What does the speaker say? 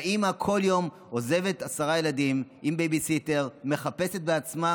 האימא בכל יום עוזבת עשרה ילדים עם בייביסיטר ומחפשת בעצמה,